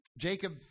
Jacob